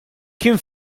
kien